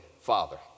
father